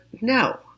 no